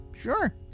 Sure